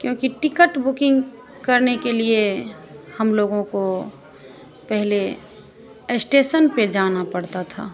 क्योंकि ticket booking करने के लिए हम लोगों को पहले एस्टेसन पर जाना पड़ता था